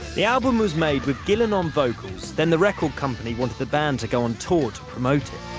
the album was made with gillan on vocals. then the record company wanted the band to go on tour to promote it.